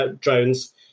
drones